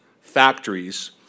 factories